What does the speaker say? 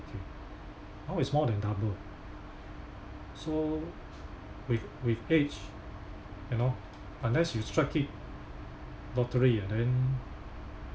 now is more than double so with with age you know unless you strike it lottery ah then